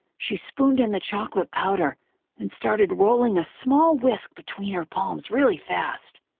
she spooned in the chocolate powder and started rolling a small whisk between her palms really fast.